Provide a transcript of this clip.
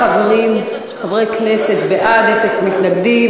תשעה חברי כנסת בעד, אין מתנגדים.